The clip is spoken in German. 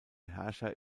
herrscher